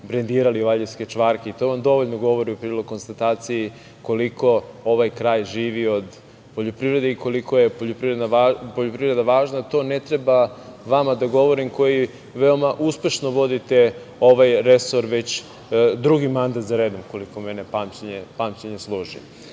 brendirali valjevske čvarke i to vam dovoljno govori u prilog konstataciji koliko ovaj kraj živi od poljoprivrede i koliko je poljoprivreda važna. To ne treba vama da govorim koji veoma uspešno vodite ovaj resor već drugi mandat za redom, koliko mene pamćenje služi. Sa